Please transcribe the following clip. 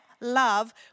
love